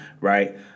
Right